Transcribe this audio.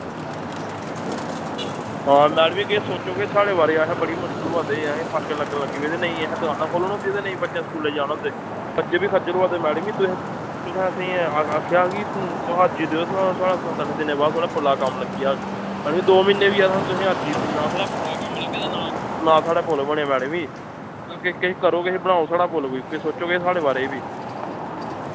हां मैडम जी किश सोच्चो किश साढ़े बारे च असैं बड़ी मुश्कल होआ दी असें फाक्के लग्गन लग्गी पेदे नेईं असैं दुकानां खोल्लन होंदी ते नेईं बच्चे स्कूलै जाना होंदे बच्चे वी खज्जल होआ दे मैडम जी तुसें तुसैं असें आ आक्खेया हा कि थोआड़ा सत्त अट्ठ दिनें बाद थोआड़ा पुल दा कम्म लग्गी जाग मैडम जी दो म्हीन्ने होइये असै तुसें अर्जी दित्ती दी ना साढ़ा पुल दा कम्म लग्गे ते ना ना साढ़ा पुल बनेआ मैडम जी तुस किश किश करो किश बनाओ साढ़ा पुल कोई किश सोचो किश साढ़े बारे बी